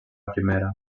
primera